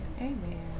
Amen